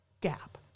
gap